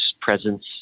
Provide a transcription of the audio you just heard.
presence